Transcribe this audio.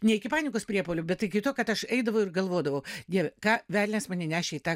nei iki panikos priepuolių bet iki to kad aš eidavau ir galvodavau dieve ką velnias mane nešė į tą